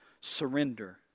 surrender